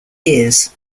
years